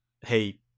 hey